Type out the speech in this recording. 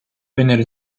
vennero